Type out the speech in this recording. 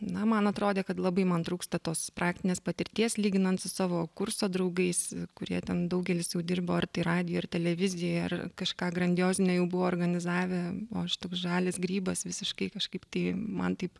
na man atrodė kad labai man trūksta tos praktinės patirties lyginant su savo kurso draugais kurie ten daugelis jau dirbo ar tai radijuj ar televizijoj ar kažką grandiozinio jau buvo organizavę o aš toks žalias grybas visiškai kažkaip man taip